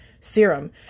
serum